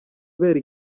abera